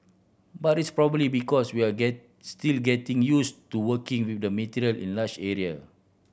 but it's probably because we are get still getting used to working with the material in large area